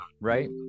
right